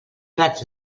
prats